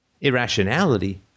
Irrationality